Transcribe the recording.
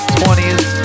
20s